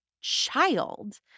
child